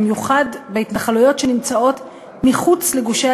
במיוחד בהתנחלויות שנמצאות מחוץ לגושי